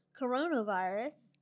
coronavirus